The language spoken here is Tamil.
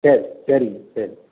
சரி சரிங்க சரி